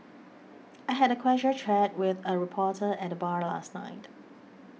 I had a casual chat with a reporter at the bar last night